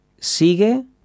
sigue